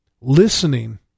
listening